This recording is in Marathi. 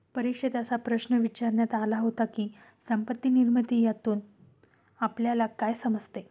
परीक्षेत असा प्रश्न विचारण्यात आला होता की, संपत्ती निर्मिती यातून आपल्याला काय समजले?